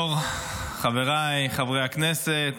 חברי הכנסת,